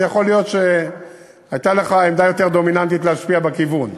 אז יכול להיות שהייתה לך עמדה יותר דומיננטית להשפיע בכיוון.